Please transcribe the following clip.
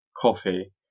coffee